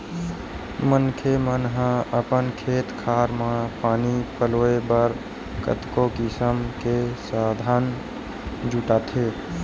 मनखे मन ह अपन खेत खार म पानी पलोय बर कतको किसम के संसाधन जुटाथे